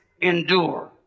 Endure